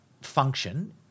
function